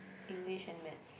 English and maths